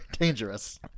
dangerous